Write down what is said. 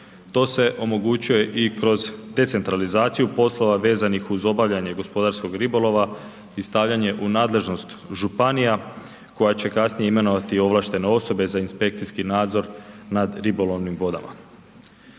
To se omogućuje i kroz decentralizaciju poslova vezanih uz obavljanje gospodarskog ribolova i stavljanje u nadležnost županija koja će kasnije imenovati ovlaštene osobe za inspekcijski nadzor nad ribolovnim vodama.